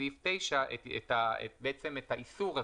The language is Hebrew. בסעיף 9 את האיסור הזה,